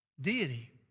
deity